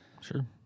Sure